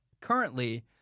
currently